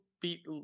beat